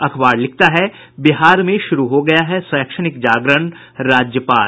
अखबार लिखता है बिहार में शुरू हो गया है शैक्षणिक जागरण राज्यपाल